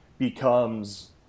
becomes